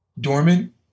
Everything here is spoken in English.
dormant